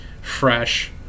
fresh